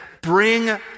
bring